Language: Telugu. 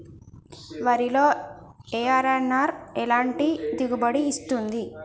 వరిలో అర్.ఎన్.ఆర్ ఎలాంటి దిగుబడి ఇస్తుంది?